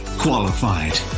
qualified